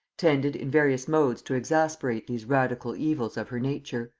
tended in various modes to exasperate these radical evils of her nature.